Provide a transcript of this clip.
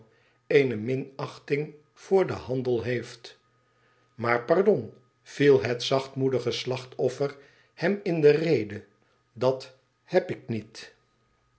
eene minachting voor den handel heeft maar pardon viel het zachtmoedige slachtoffer hem in de rede dat heb ik niet